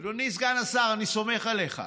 אדוני סגן השר, אני סומך עליך.